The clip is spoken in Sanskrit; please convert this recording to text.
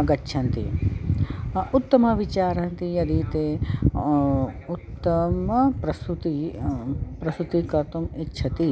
आगच्छन्ति उत्तमविचारं तु यदि ते उत्तमप्रस्तुतिः प्रस्तुतिः कर्तुम् इच्छति